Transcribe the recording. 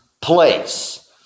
place